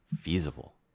feasible